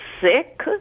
sick